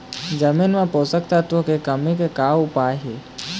जमीन म पोषकतत्व के कमी का उपाय हे?